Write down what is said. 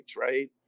right